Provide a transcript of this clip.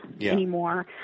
anymore